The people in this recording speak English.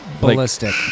ballistic